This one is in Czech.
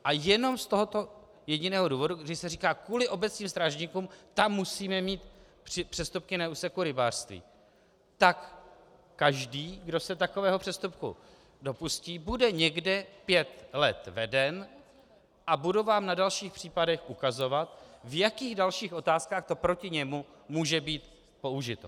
A jenom z tohoto jediného důvodu, kdy se říká: kvůli obecním strážníkům tam musíme mít přestupky na úseku rybářství, tak každý, kdo se takového přestupku dopustí, bude někde pět let veden a budu vám na dalších případech ukazovat, v jakých dalších otázkách to proti němu může být použito.